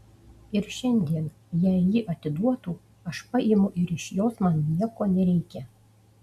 ir šiandien jei ji atiduotų aš paimu ir iš jos man nieko nereikia